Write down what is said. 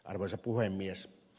arvoisa puhemies